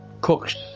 cooks